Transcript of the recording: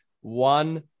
one